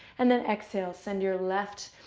and then exhale. send your left.